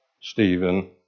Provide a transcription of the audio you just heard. Stephen